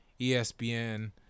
ESPN